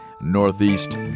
Northeast